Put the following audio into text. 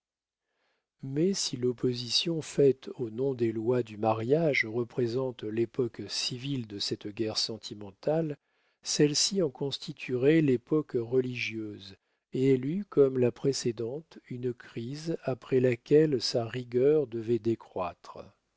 mais si l'opposition faite au nom des lois du mariage représente l'époque civile de cette guerre sentimentale celle-ci en constituerait l'époque religieuse et elle eut comme la précédente une crise après laquelle sa rigueur devait décroître